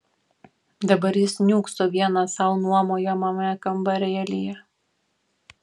dabar jis niūkso vienas sau nuomojamame kambarėlyje